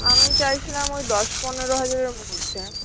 আমি চাইছিলাম ওই দশ পনেরো হাজারের মধ্যে